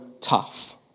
tough